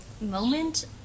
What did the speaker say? moment